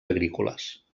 agrícoles